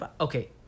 Okay